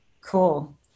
Cool